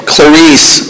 Clarice